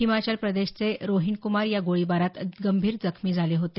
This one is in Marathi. हिमाचल प्रदेशचे रोहीन कुमार या गोळीबारात गंभीर जखमी झाले होते